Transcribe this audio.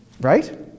right